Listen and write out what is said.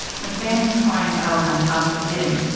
when bannon climbed out on top of the bins,